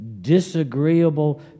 disagreeable